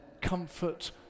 comfort